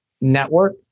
network